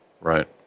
Right